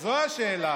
דחינו, השבוע, מצוין.